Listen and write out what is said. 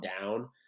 down